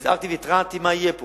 הזהרתי והתרעתי מה יהיה פה.